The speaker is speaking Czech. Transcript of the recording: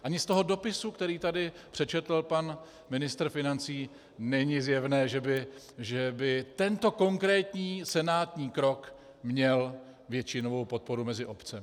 Ani z toho dopisu, který tady přečetl pan ministr financí, není zjevné, že by tento konkrétní senátní krok měl většinovou podporu mezi obcemi.